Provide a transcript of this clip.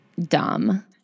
dumb